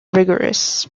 rigorous